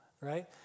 right